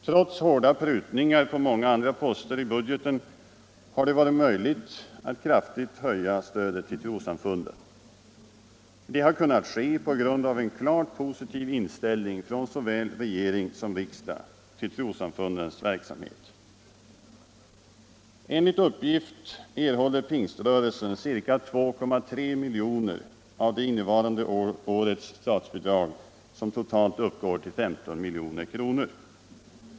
Trots hårda prutningar på många andra poster i budgeten har det varit möjligt att kraftigt höja stödet till trossamfunden. Det har kunnat ske på grund av en klart positiv inställning från såväl regering som riksdag till trossamfundens verksamhet. Enligt uppgift erhåller pingströrelsen ca 2,3 miljoner av innevarande års statsbidrag, som totalt uppgår till 15 milj.kr.